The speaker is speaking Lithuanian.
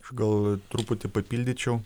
gal truputį papildyčiau